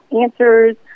answers